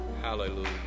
Hallelujah